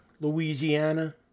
Louisiana